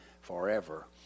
forever